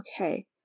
okay